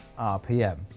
RPM